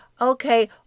Okay